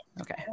okay